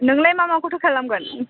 नोंलाय मा माखौथो खालामगोन